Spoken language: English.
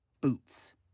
boots